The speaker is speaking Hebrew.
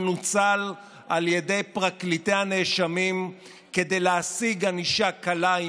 מנוצל על ידי פרקליטי הנאשמים כדי להשיג ענישה קלה,